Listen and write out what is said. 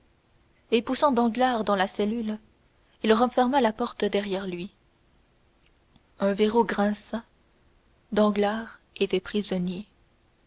et poussant danglars dans la cellule il referma la porte sur lui un verrou grinça danglars était prisonnier